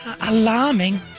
alarming